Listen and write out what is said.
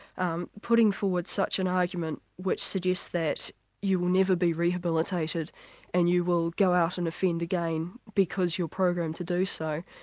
um putting forward such an argument which suggests that you will never be rehabilitated and you will go out and offend again because you're programmed to do so,